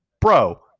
Bro